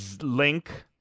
Link